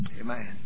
amen